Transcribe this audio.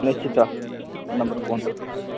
ନିଶ୍ଚିତ ନମ୍ବର୍ କୁହନ୍ତୁ